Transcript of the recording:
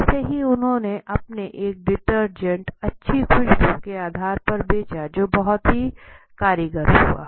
ऐसे ही उन्होंने अपने एक डिटर्जेंट अच्छी खुशबू के आधार पर बेचा जो बहुत ही कारीगर हुआ